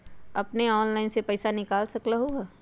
अपने ऑनलाइन से पईसा निकाल सकलहु ह?